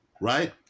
right